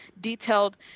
detailed